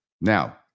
now